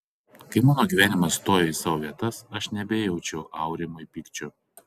kai mano gyvenimas stojo į savo vietas aš nebejaučiau aurimui pykčio